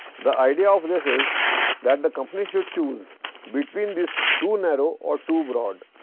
the idea of this is that the company should choose between this too narrow or too broad.